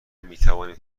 میتوانیم